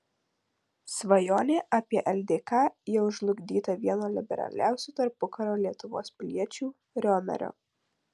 svajonė apie ldk jau žlugdyta vieno liberaliausių tarpukario lietuvos piliečių riomerio